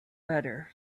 better